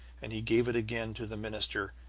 and he gave it again to the minister,